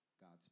God's